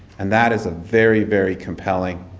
and that is a very very compelling,